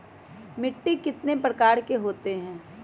मिट्टी कितने प्रकार के होते हैं?